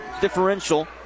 differential